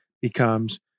becomes